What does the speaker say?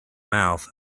mouth